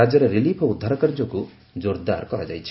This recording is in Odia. ରାଜ୍ୟରେ ରିଲିଫ୍ ଓ ଉଦ୍ଧାର କାର୍ଯ୍ୟକ୍ ଜୋର୍ଦାର୍ କରାଯାଇଛି